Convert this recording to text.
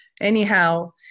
anyhow